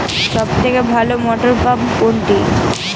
সবথেকে ভালো মটরপাম্প কোনটি?